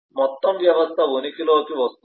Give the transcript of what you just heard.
మొత్తం వ్యవస్థ ఉనికిలోకి వస్తుంది